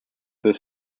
this